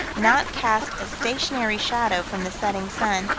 not cast a stationary shadow from the setting sun,